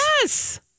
Yes